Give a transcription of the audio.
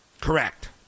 Correct